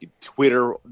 twitter